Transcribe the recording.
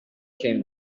came